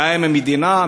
האם המדינה,